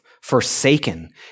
forsaken